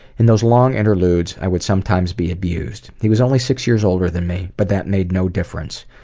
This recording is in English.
in those long interludes, i would sometimes be abused. he was only six years older than me, but that made no difference.